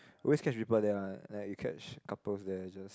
always catch people there one like you catch couples there just